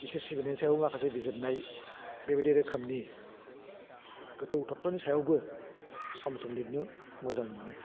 इसोर सिबिनायनि सायाव माखासे बिजिदनाय बेबायदि रोखोमनि गोथौ थ'त्तनि सायावबो सम सम लिरनो मोजां मोनो